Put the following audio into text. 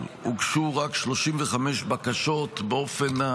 הוגשו רק 35 בקשות בסך הכול באופן,